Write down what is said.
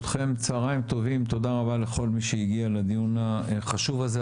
צוהריים טובים תודה רבה לכל מי שהגיע לדיון החשוב הזה,